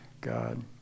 God